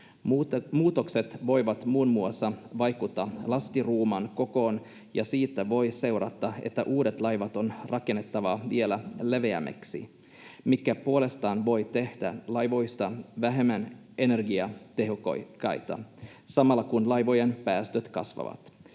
Muutokset voivat muun muassa vaikuttaa lastiruuman kokoon, ja siitä voi seurata, että uudet laivat on rakennettava vielä leveämmiksi, mikä puolestaan voi tehdä laivoista vähemmän energiatehokkaita samalla kun laivojen päästöt kasvavat.